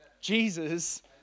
Jesus